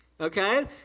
okay